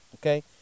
Okay